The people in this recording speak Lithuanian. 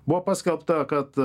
buvo paskelbta kad